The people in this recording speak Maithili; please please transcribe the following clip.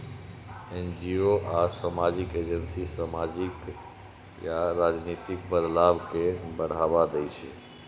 एन.जी.ओ आ सामाजिक एजेंसी सामाजिक या राजनीतिक बदलाव कें बढ़ावा दै छै